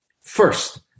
First